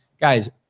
Guys